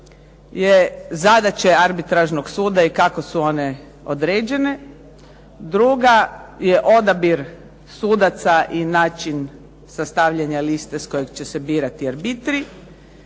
je zadaće arbitražnog suda i kako su one određene. Druga je odabir sudaca i način sastavljanja liste s koje će se birati arbitri.